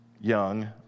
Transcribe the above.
young